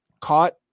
caught